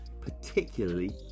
particularly